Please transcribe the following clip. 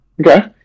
Okay